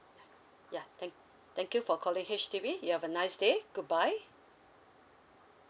yeah thank thank you for calling H_D_B you have a nice day good bye